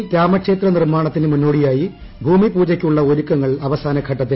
അയോധ്യയിൽ രാമക്ഷേത്ര നിർമ്മാണത്തിനു മുന്നോടിയായി ഭൂമി പൂജയ്ക്കുള്ള ഒരുക്കങ്ങൾ അവസാനഘട്ടത്തിൽ